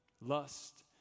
Lust